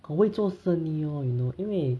我会做生意咯 you know 因为